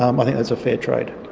um i think that's a fair trade.